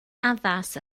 addas